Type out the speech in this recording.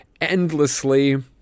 endlessly